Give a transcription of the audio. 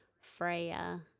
Freya